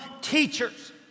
teachers